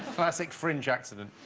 classic fringe accident